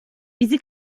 bizi